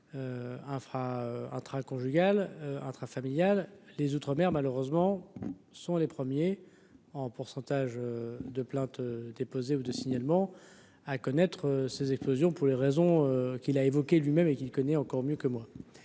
intra conjugales intrafamiliales les outre-mer malheureusement, ce sont les premiers en pourcentage de plaintes déposées ou de signalement à connaître ces explosions pour les raisons qui l'a évoqué lui-même et qui connaît encore mieux que moi